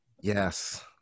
yes